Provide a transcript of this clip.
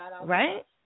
right